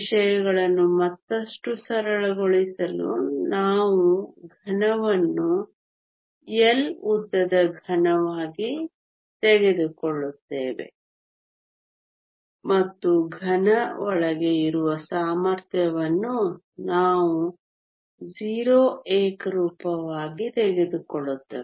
ವಿಷಯಗಳನ್ನು ಮತ್ತಷ್ಟು ಸರಳಗೊಳಿಸಲು ನಾವು ಘನವನ್ನು L ಉದ್ದದ ಘನವಾಗಿ ತೆಗೆದುಕೊಳ್ಳುತ್ತೇವೆ ಮತ್ತು ಘನ ಒಳಗೆ ಇರುವ ಸಾಮರ್ಥ್ಯವನ್ನು ನಾವು 0 ಏಕರೂಪವಾಗಿ ತೆಗೆದುಕೊಳ್ಳುತ್ತೇವೆ